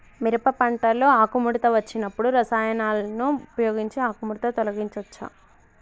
మిరప పంటలో ఆకుముడత వచ్చినప్పుడు రసాయనాలను ఉపయోగించి ఆకుముడత తొలగించచ్చా?